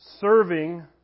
serving